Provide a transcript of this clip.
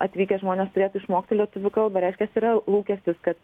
atvykę žmonės turėtų išmokti lietuvių kalbą reiškias yra lūkestis kad